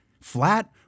flat